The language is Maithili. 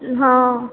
हॅं